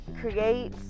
create